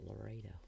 Laredo